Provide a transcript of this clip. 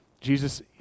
Jesus